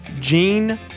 jean